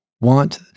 want